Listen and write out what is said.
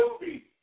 movie